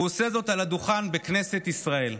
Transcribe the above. הוא עושה זאת על הדוכן בכנסת ישראל.